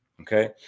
okay